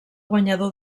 guanyador